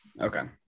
okay